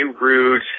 Rude